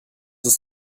ist